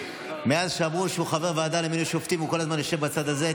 מאז שאמרו שהוא חבר הוועדה למינוי שופטים הוא כל הזמן יושב בצד הזה.